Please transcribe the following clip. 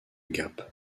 gap